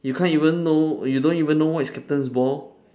you can't even know you don't even know what is captain's ball